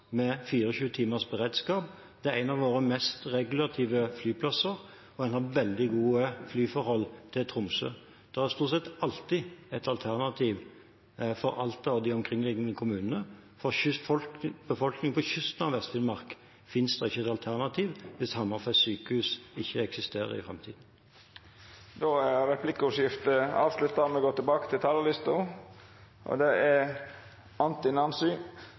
med 24 timers beredskap. Dette er en av våre mest regulative flyplasser, og en har veldig gode flyforhold til Tromsø. Det er stort sett alltid et alternativ for Alta og de omkringliggende kommunene. For befolkningen på kysten av Vest-Finnmark finnes det ikke et alternativ hvis Hammerfest sykehus ikke eksisterer i framtiden. Replikkordskiftet er avslutta. Dei talarane som heretter får ordet, har ei taletid på inntil 3 minutt. I Senterpartiets Norge vil vi